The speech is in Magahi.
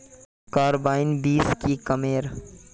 कार्बाइन बीस की कमेर?